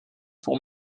pour